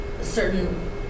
certain